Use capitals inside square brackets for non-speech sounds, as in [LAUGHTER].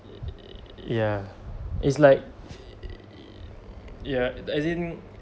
yeah it's like [NOISE] yeah as in